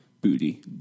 booty